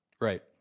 Right